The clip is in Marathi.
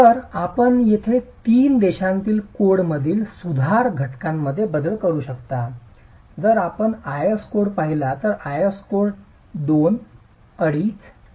तर आपण येथे 3 देशांमधील कोडमधील सुधार घटकांमध्ये बदल करू शकता जर आपण आयएस कोड पाहिला तर आयएस कोड 2 2